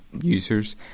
users